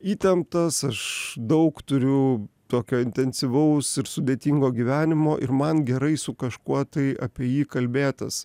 įtemptas aš daug turiu tokio intensyvaus ir sudėtingo gyvenimo ir man gerai su kažkuo tai apie jį kalbėtis